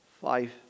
five